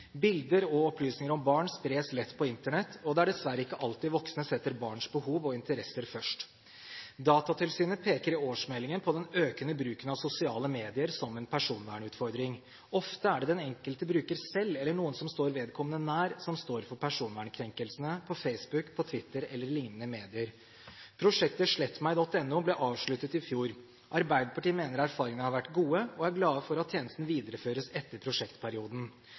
Bilder og opplysninger om barn spres lett på Internett, og det er dessverre ikke alltid voksne setter barns behov og interesser først. Datatilsynet peker i årsmeldingen på den økende bruken av sosiale medier som en personvernutfordring. Ofte er det den enkelte bruker selv, eller noen som står vedkommende nær, som står for personvernkrenkelsene på Facebook, Twitter eller lignende medier. Prosjektet slettmeg.no ble avsluttet i fjor. Arbeiderpartiet mener erfaringene har vært gode og er glad for at tjenesten videreføres etter prosjektperioden.